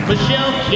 Michelle